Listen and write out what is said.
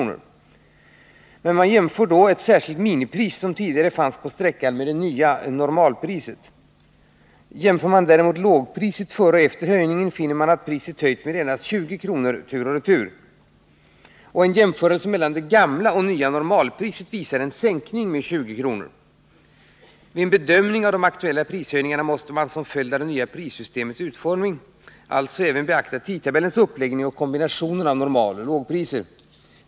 Vad man då jämför är ett särskilt minipris som tidigare fanns på sträckan med det nya normalpriset. Om man däremot jämför lågpriset före och efter höjningen, finner man att priset höjts med endast 20 kr. tur och retur. En jämförelse mellan det gamla och nya normalpriset visar en sänkning med 20 kr. Vid bedömning av de aktuella prishöjningarna måste man, som följd av det nya prissystemets utformning, även beakta tidtabellens uppläggning och kombinationen av normaloch lågpriser.